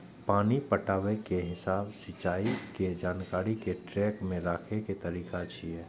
पानि पटाबै के हिसाब सिंचाइ के जानकारी कें ट्रैक मे राखै के तरीका छियै